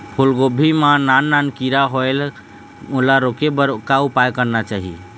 फूलगोभी मां नान नान किरा होयेल ओला रोके बर का उपाय करना चाही?